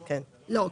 לא,